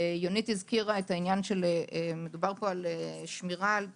יונית הזכירה את העניין שמדובר על שמירה על טובתו,